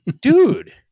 dude